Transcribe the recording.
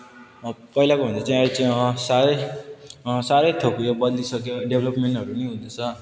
पहिलाको भन्दा चाहिँ अहिले चाहिँ सारै सारै थोक यो बद्लिसक्यो डेभ्लप्मेन्टहरू पनि हुँदैछ